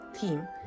team